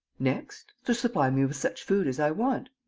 next? to supply me with such food as i want.